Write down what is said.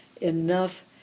enough